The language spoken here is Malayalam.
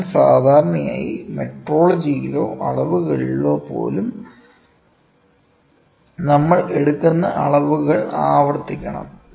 അതിനാൽ സാധാരണയായി മെട്രോളജിയിലോ അളവുകളിലോ പോലും നമ്മൾ എടുക്കുന്ന അളവുകൾ ആവർത്തിക്കണം